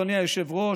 אדוני היושב-ראש,